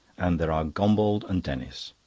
and there are gombauld and denis.